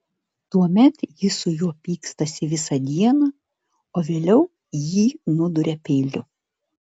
tuomet ji su juo pykstasi visą dieną o vėliau jį nuduria peiliu